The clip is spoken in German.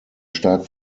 stark